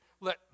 Let